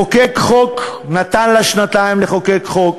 לחוקק חוק, נתן לה שנתיים לחוקק חוק